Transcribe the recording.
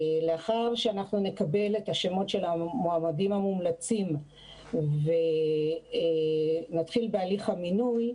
לאחר שנקבל את השמות של המועמדים המומלצים ונתחיל בהליך המינוי,